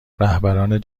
رهبران